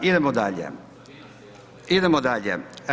Idemo dalje, idemo dalje.